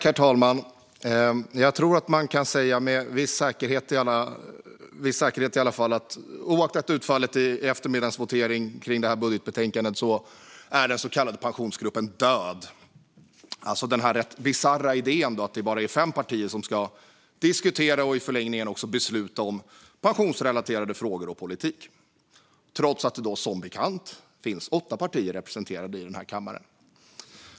Herr talman! Oavsett utfallet i eftermiddagens votering om detta budgetbetänkande tror jag att man med viss säkerhet kan säga att den så kallade Pensionsgruppen är död. Pensionsgruppen är alltså den rätt bisarra idén att bara fem partier ska diskutera och i förlängningen besluta om pensionsrelaterade frågor och politik, trots att det som bekant finns åtta partier representerade i den här kammaren.